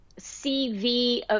CV